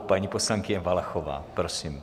Paní poslankyně Valachová, prosím.